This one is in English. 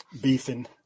beefing